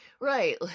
Right